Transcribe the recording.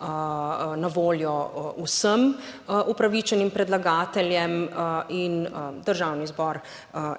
na voljo vsem upravičenim predlagateljem. In Državni zbor